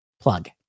plug